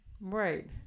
right